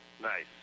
nice